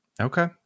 Okay